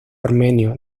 armenio